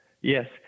Yes